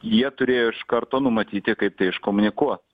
jie turėjo iš karto numatyti kaip tai iškomunikuos